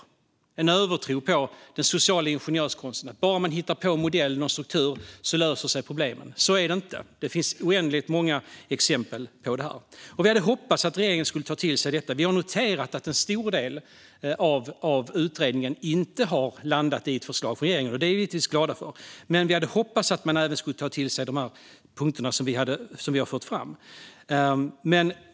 Det finns en övertro på den sociala ingenjörskonsten - bara man hittar på modellen och strukturen löser sig problemen! Så är det inte. Det finns oändligt många exempel på det. Vi hade hoppats att regeringen skulle ta till sig detta. Vi har noterat att en stor del av utredningen inte har landat i något förslag från regeringen, och det är vi givetvis glada för. Men vi hade som sagt hoppats att regeringen även skulle ta till sig de punkter som vi har fört fram.